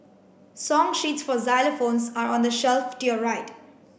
song sheets for xylophones are on the shelf to your right